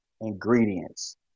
ingredients